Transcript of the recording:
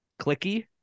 clicky